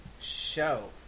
show